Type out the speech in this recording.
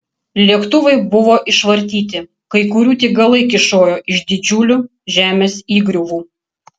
lėktuvai buvo išvartyti kai kurių tik galai kyšojo iš didžiulių žemės įgriuvų